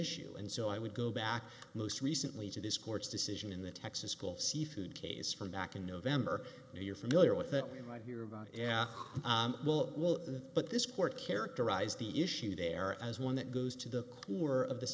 issue and so i would go back most recently to this court's decision in the texas school seafood case from back in november and you're familiar with that we might hear about yeah well well but this court characterized the issue there as one that goes to the couper of the